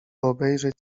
obejrzeć